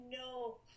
no